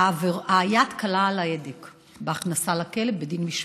היד קלה על ההדק בהכנסה לכלא בדין משמעתי.